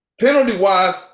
Penalty-wise